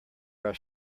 our